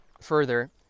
further